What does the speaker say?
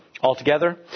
Altogether